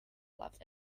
loved